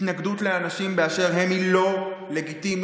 התנגדות לאנשים באשר הם היא לא לגיטימית.